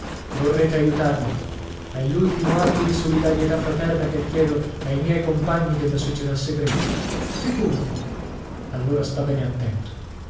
vorrete aiutarmi è l'ultimo atto di solidarietà fraterna che chiedo ai miei compagni della società segreta figurati allora sta bene attento